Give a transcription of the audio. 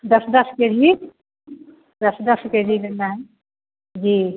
दस दस K G दस दस के जी लेना है जी